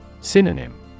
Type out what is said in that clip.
Synonym